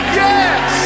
yes